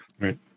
Right